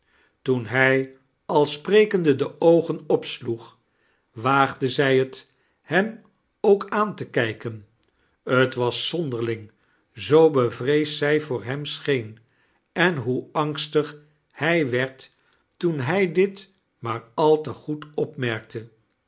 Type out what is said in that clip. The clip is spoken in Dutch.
toen hij al sprekende de oogen opsloeg waagde zij t hem ook aan te kijken t was zonderling zoo bevreesd sij voor hem scheen en hoe angstig hij werd toen hij dit maar al te goed opmerkte